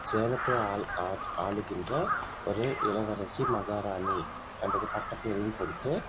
சேலத்தை ஆள் ஆ ஆளுகின்ற ஒரு இளவரசி மகாராணி என்ற பட்டப்பேரையும் கொடுத்து